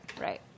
Right